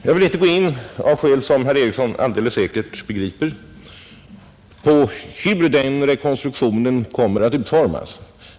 Av skäl som herr Ericsson säkert begriper vill jag inte gå in på hur den rekonstruktionen kommer att utformas.